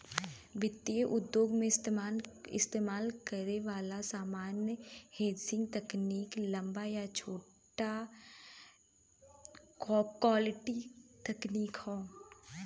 वित्तीय उद्योग में इस्तेमाल करे वाला सामान्य हेजिंग तकनीक लंबा या छोटा इक्विटी तकनीक हौ